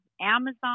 Amazon